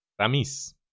Ramis